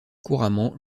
couramment